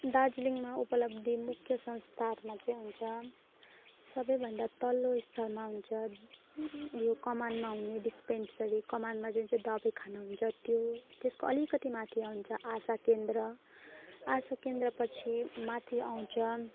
दार्जिलिङमा उपलब्ध मुख्य संस्थाहरूमा चाहिँ हुन्छ सबैभन्दा तल्लो स्तरमा हुन्छ यो कमानमा हुने डिस्पेनसरी कमानमा जुन चाहिँ दबाई खानुहुन्छ त्यो त्यसको अलिकति माथि आउँछ आशा केन्द्र आशा केन्द्र पछि माथि आउँछ